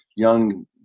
young